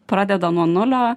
pradeda nuo nulio